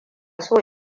so